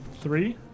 Three